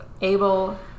able